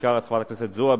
בעיקר את חברת הכנסת זועבי,